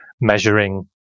measuring